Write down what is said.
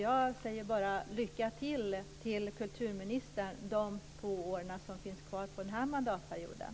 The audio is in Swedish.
Jag säger bara: Lycka till, kulturministern, de två år som finns kvar på den här mandatperioden.